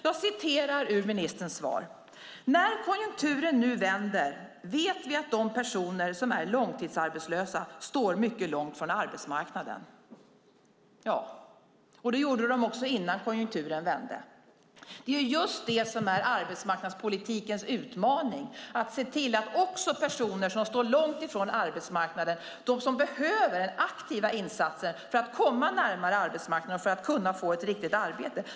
Jag citerar ur ministerns svar: "När konjunkturen nu vänder vet vi att de personer som är långtidsarbetslösa står mycket långt ifrån arbetsmarknaden." Ja, och det gjorde de också innan konjunkturen vände. Det som just är arbetsmarknadspolitikens utmaning är att se till att också personer som står långt ifrån arbetsmarknaden, de som behöver aktiva insatser för att komma närmare arbetsmarknaden, ska kunna få ett riktigt arbete.